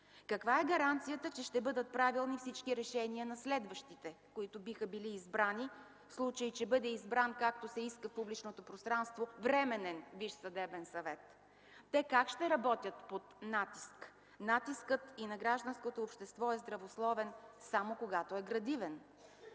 Каква е гаранцията, че ще бъдат правилни всички решения на следващите, които биха били избрани, в случай че бъде избран, както се иска в публичното пространство Временен Висш съдебен съвет? Те как ще работят? – под натиск? Натискът на гражданското общество е здравословен само когато е градивен.